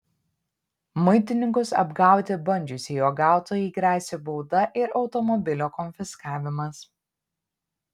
muitininkus apgauti bandžiusiai uogautojai gresia bauda ir automobilio konfiskavimas